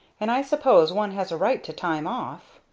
and i suppose one has a right to time off.